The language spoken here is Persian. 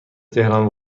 تهران